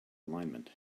alignment